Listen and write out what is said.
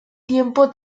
tiempo